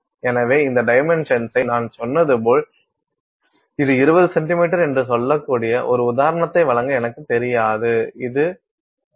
எனவே இந்த டைமென்ஷன்ஸ்சை நான் சொன்னது போல் இது 20 சென்டிமீட்டர் என்று சொல்லக்கூடிய ஒரு உதாரணத்தை வழங்க எனக்குத் தெரியாது இது 0